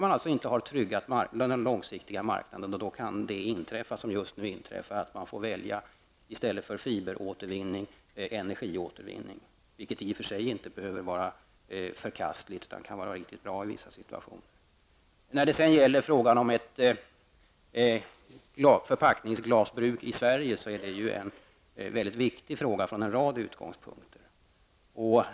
Man har inte tryggat den långsiktiga marknaden för denna, och då kan det som nu sker inträffa, dvs. att man i stället för fiberåtervinning får välja energiåtervinning -- något som i och för sig inte behöver vara förkastligt, utan i vissa situationer kan vara bra. Frågan om ett förpackningsglasbruk i Sverige är viktig från en rad utgångspunkter.